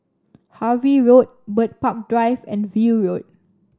Harvey Road Bird Park Drive and View Road